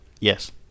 Yes